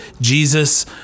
Jesus